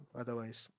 otherwise